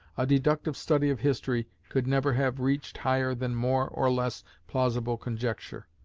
a deductive study of history could never have reached higher than more or less plausible conjecture.